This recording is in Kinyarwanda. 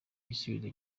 igisubizo